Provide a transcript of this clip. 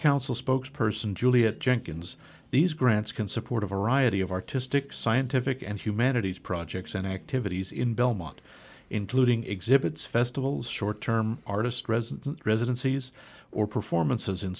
council spokes person juliet jenkins these grants can support a variety of artistic scientific and humanities projects and activities in belmont including exhibits festivals short term artist residence residences or performances in